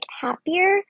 happier